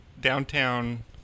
Downtown